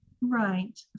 Right